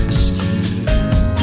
skin